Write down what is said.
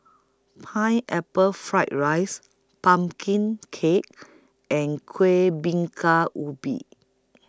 Pineapple Fried Rice Pumpkin Cake and Kuih Bingka Ubi